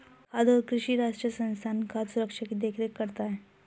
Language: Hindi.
खाद्य और कृषि राष्ट्रीय संस्थान खाद्य सुरक्षा की देख रेख करता है